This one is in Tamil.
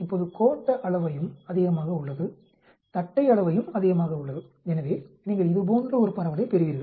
இப்போது கோட்ட அளவையும் அதிகமாக உள்ளது தட்டை அளவையும் அதிகமாக உள்ளது எனவே நீங்கள் இது போன்ற ஒரு பரவலைப் பெறுவீர்கள்